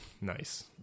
nice